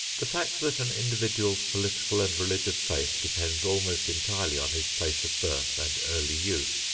the fact that an individual's political and religious faith depends almost entirely on his place of birth and early youth,